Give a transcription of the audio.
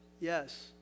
Yes